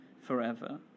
forever